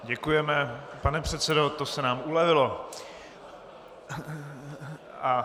Děkujeme, pane předsedo, to se nám ulevilo.